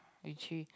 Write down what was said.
we three